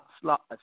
slot